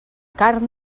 carn